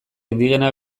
indigena